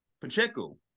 Pacheco